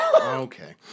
Okay